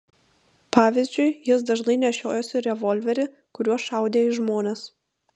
pavyzdžiui jis dažnai nešiojosi revolverį kuriuo šaudė į žmones